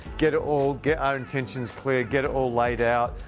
get it all. get our intentions clear get it all laid out,